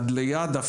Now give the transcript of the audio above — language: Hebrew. עדליידע,